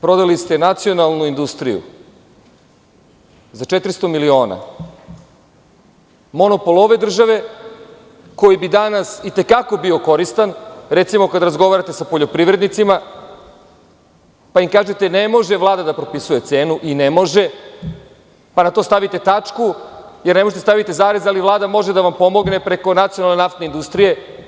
Prodali ste nacionalnu industriju za 400 miliona, monopol ove države koji bi danas i te kako bio koristan, recimo, kada razgovarate sa poljoprivrednicima, pa im kažete – ne može Vlada da propisuje cenu i ne može, pa na to stavite tačku, jer ne možete da stavite zarez, ali Vlada može da vam pomogne preko nacionalne naftne industrije.